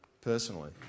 personally